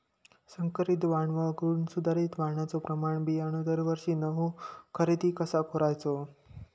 संकरित वाण वगळुक सुधारित वाणाचो प्रमाण बियाणे दरवर्षीक नवो खरेदी कसा करायचो?